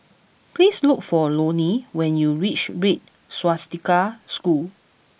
please look for Loni when you reach Red Swastika School